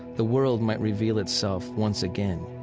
the world might reveal itself once again,